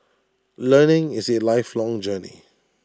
learning is A lifelong journey